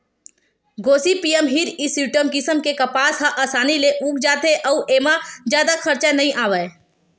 Gossypium hirsutum किसम के कपसा ह असानी ले उग जाथे अउ एमा जादा खरचा नइ आवय